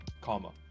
comma